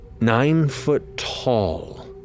Nine-foot-tall